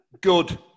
Good